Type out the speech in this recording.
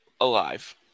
alive